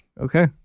Okay